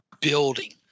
building